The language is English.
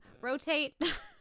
rotate